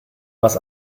was